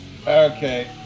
okay